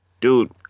Dude